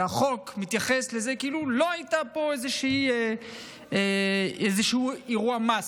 והחוק מתייחס לזה כאילו לא היה פה איזשהו אירוע מס,